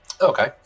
okay